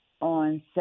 on